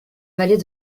vallée